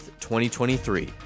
2023